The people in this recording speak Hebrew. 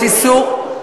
יש איסור,